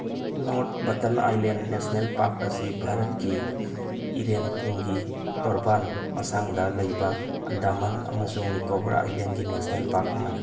north Button Island National Park ꯑꯁꯤ ꯚꯥꯔꯠꯀꯤ ꯏꯔꯦꯟꯄꯨꯡꯒꯤ ꯇꯣꯔꯕꯥꯟ ꯃꯁꯥꯡꯗ ꯂꯩꯕ ꯑꯟꯗꯃꯥꯟ ꯑꯃꯁꯨꯡ ꯅꯤꯀꯣꯕꯔ ꯑꯥꯏꯂꯦꯟꯒꯤ ꯅꯦꯁꯅꯦꯜ ꯄꯥꯛ ꯑꯃꯅꯤ